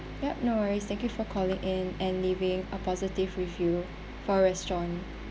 yup no worries thank you for calling in and leaving a positive review for our restaurant